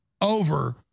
over